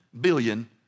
billion